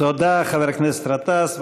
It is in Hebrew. תודה, חבר הכנסת גטאס.